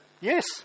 yes